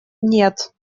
нет